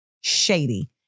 shady